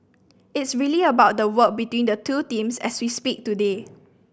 it's really about the work between the two teams as we speak today